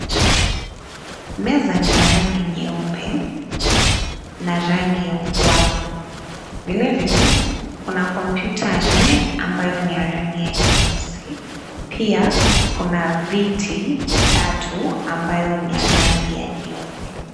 Meza ni ya rangi nyeupe na rangi ya ukwaju vilevile kuna kompyuta nne ambayo ni ya rangi nyeusi pia na viti tatu ambayo ni ya rangi ya nyeupe.